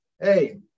hey